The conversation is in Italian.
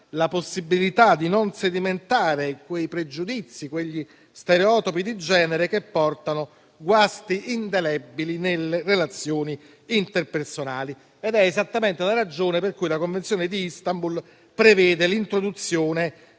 la possibilità di non sedimentare quei pregiudizi e quegli stereotipi di genere che portano guasti indelebili nelle relazioni interpersonali. È esattamente la ragione per cui la Convenzione di Istanbul prevede l'introduzione